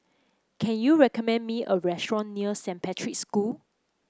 can you recommend me a restaurant near Saint Patrick's School